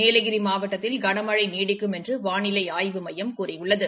நீலகிரி மாவட்டத்தில கனமழை நீடிக்கும் என்று வானிலை ஆய்வு மையம் கூறியுள்ளது